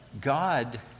God